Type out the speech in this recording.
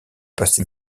passé